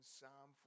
Psalm